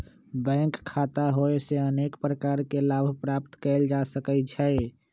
bank खता होयेसे अनेक प्रकार के लाभ प्राप्त कएल जा सकइ छै